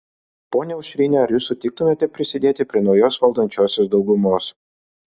ponia aušrine ar jūs sutiktumėte prisidėti prie naujos valdančiosios daugumos